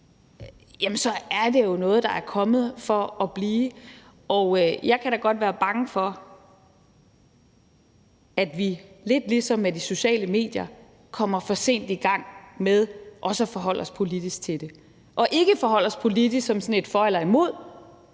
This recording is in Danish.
er det jo noget, der er kommet for at blive, og jeg kan da godt være bange for, at vi lidt ligesom med de sociale medier kommer for sent i gang med at forholde os politisk til det; ikke forholde os politisk, hvor man er for eller imod